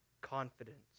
confidence